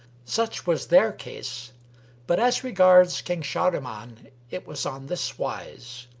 such was their case but as regards king shahriman it was on this wise.